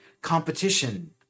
competition